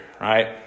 right